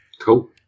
Cool